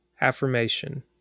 Affirmation